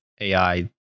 AI